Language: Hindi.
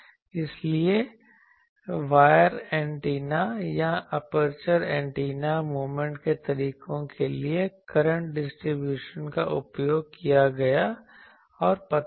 इसलिए वायर एंटेना या एपर्चर एंटेना मोमेंट के तरीकों के लिए करंट डिस्ट्रीब्यूशन का उपयोग किया गया और पता चला